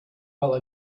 while